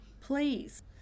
please